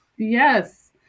Yes